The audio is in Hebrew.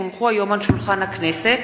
כי הונחו היום על שולחן הכנסת,